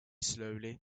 slowly